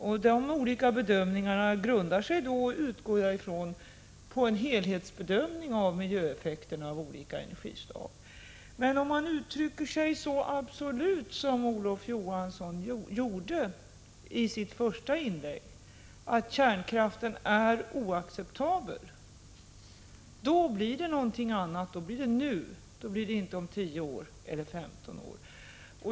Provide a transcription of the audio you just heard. Jag utgår från att dessa olika ståndpunkter då grundar sig på helhetsbedömningar av miljöeffekterna av olika energislag. Men om man uttrycker sig så absolut som Olof Johansson gjorde i sitt första inlägg, att kärnkraften är oacceptabel, då handlar det om någonting annat. Då skall avvecklingen ske nu, och inte om 10 eller 15 år.